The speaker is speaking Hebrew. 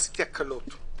עשיתי הקלות.